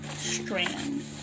strand